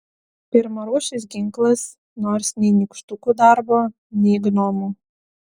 pirmarūšis ginklas nors nei nykštukų darbo nei gnomų